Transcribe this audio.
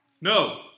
No